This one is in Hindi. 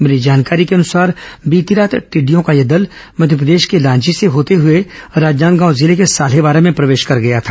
मिली जानकारी के अनुसार बीती रात टिडिडयों का यह दल मध्यप्रदेश के लांजी से होते हुए जिले के साल्हेवारा में प्रवेश कर गया था